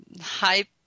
hype